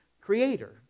creator